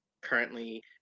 Currently